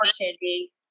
opportunity